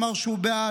אמר שהוא בעד,